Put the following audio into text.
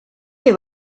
have